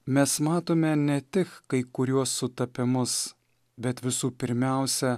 mes matome ne tik kai kuriuos sutapimus bet visų pirmiausia